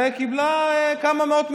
וקיבלה כמה מאות מיליונים,